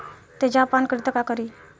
तेजाब पान करी त का करी?